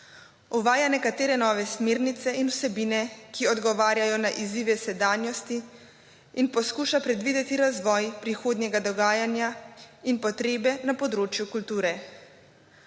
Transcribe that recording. Uvaja nekatere nove smernice in vsebine, ki odgovarjajo na izzive sedanjosti in poskuša predvideti razvoj prihodnjega dogajanja in potrebe na področju kulture.